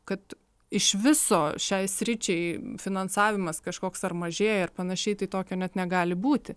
kad iš viso šiai sričiai finansavimas kažkoks ar mažėja ir panašiai tokio net negali būti